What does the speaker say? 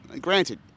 Granted